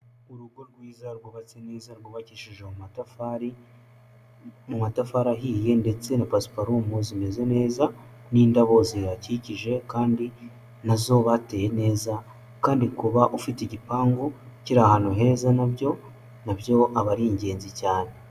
Urugo rwiza rwubatse neza rwubakishije mu matafari, mu matafari ahiye ndetse na pasiparumu zimeze neza n'indabo zihakikije kandi nazo bateye neza kandi kuba ufite igipangu kiri ahantu heza nabyo, na byo aba ari ingenzi cyane.